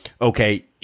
okay